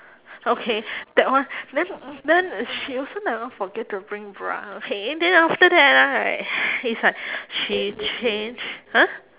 okay that one then then she also never forget to bring bra okay then after that right it's like she change !huh!